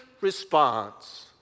response